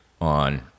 on